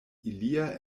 ilia